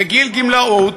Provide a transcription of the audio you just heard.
בגיל גמלאות,